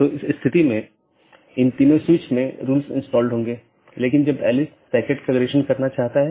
3 अधिसूचना तब होती है जब किसी त्रुटि का पता चलता है